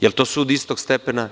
Jel to sud istog stepena?